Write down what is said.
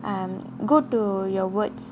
um go to your words